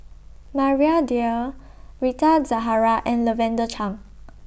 Maria Dyer Rita Zahara and Lavender Chang